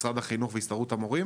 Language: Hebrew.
משרד החינוך והסתדרות המורים,